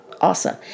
awesome